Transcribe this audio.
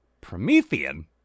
Promethean